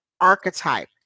archetype